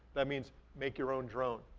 that means make your own drone.